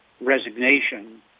resignation